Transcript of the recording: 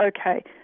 okay